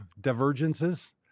divergences